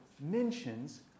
mentions